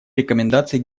рекомендации